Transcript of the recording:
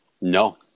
no